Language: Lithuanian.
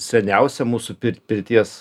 seniausią mūsų pirties